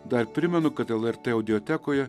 dar primenu kad el er tė audiotekoje